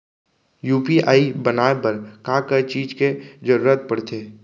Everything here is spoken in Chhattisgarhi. यू.पी.आई बनाए बर का का चीज के जरवत पड़थे?